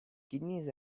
kidneys